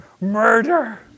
Murder